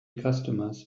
customers